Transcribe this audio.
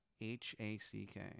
H-A-C-K